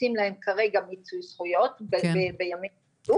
עושים להן כרגע מיצוי זכויות בימים אלו.